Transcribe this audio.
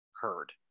heard